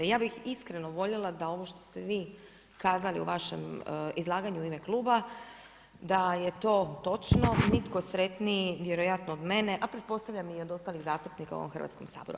Ja bih iskreno voljela da ovo što ste vi kazali u vašem izlaganju u ime kluba da je to točno, nitko sretniji vjerojatno od mene a pretpostavljam i od ostalih zastupnika u ovom Hrvatskom saboru.